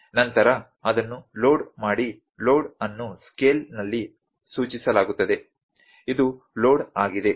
ನಂತರ ಅದನ್ನು ಲೋಡ್ ಮಾಡಿ ಲೋಡ್ ಅನ್ನು ಸ್ಕೇಲ್ನಲ್ಲಿ ಸೂಚಿಸಲಾಗುತ್ತದೆ ಇದು ಲೋಡ್ ಆಗಿದೆ